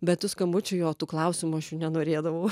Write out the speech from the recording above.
bet tų skambučių jo tų klausimų aš jų nenorėdavau